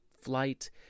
flight